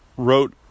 wrote